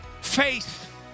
Faith